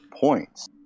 points